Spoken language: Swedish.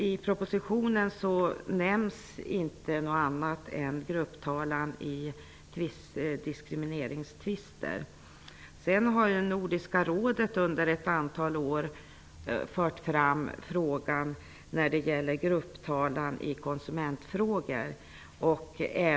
I propositionen nämns inte något annat än grupptalan i diskrimineringstvister. Men Nordiska rådet har ju under ett antal år fört fram frågan om grupptalan i konsumentfrågor.